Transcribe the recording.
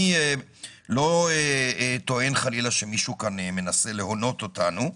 אני לא טוען חלילה שמישהו כאן מנסה להונות אותנו,